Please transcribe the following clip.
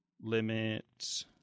limit